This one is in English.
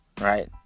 Right